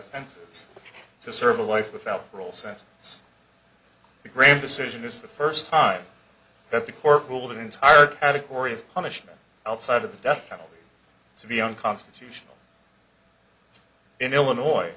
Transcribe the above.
offenses to serve a life without parole sentence the graham decision is the first time that the court ruled an entire category of punishment outside of the death penalty to be unconstitutional in illinois